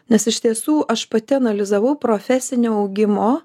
nes iš tiesų aš pati analizavau profesinio augimo